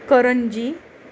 करंजी